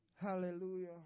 Hallelujah